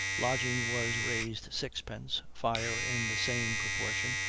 lodging was raised sixpence, fire in the same proportion,